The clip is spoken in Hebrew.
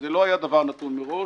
זה לא היה דבר נתון מראש.